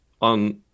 on